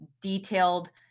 detailed